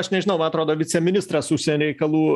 aš nežinau man atrodo viceministras užsienio reikalų